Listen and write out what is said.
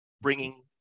bringing